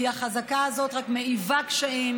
כי החזקה הזאת רק מעיבה בקשיים,